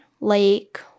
lake